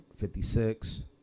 56